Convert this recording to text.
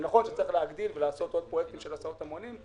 זה נכון שצריך להגדיל ולעשות עוד פרויקטים של הסעות המונים,